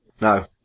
no